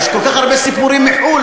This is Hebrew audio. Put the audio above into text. יש כל כך הרבה סיפורים מחו"ל,